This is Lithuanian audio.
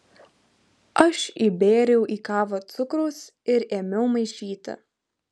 aš įbėriau į kavą cukraus ir ėmiau maišyti